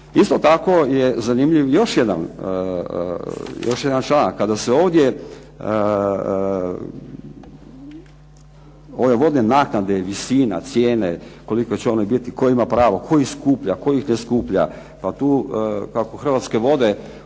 Isto tako je zanimljiv još jedan članak. A da se ovdje ove vodne naknade, visina, cijene, koliko će one biti, tko ima pravo, tko ih skuplja, tko ih ne skuplja. Pa tu kako Hrvatske vode